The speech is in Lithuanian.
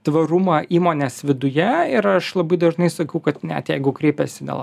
tvarumą įmonės viduje ir aš labai dažnai sakau kad net jeigu kreipiasi dėl